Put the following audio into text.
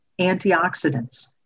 Antioxidants